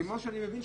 כמו שאני מבין,